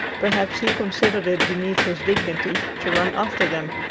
perhaps he considered it beneath his dignity to run after them,